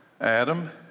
Adam